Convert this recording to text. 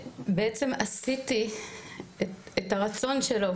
שבעצם עשיתי את הרצון שלו,